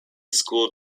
school